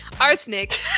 Arsenic